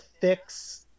fix